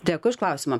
dėkui už klausimą